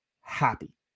happy